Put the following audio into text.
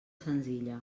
senzilla